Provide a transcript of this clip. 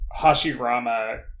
Hashirama